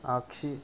आख्सि